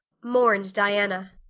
mourned diana.